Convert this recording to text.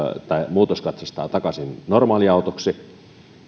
muutoskatsastaa takaisin normaaliautoksi